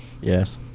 Yes